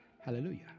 Hallelujah